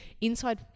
inside